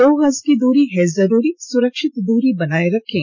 दो गज की दूरी है जरूरी सुरक्षित दूरी बनाए रखें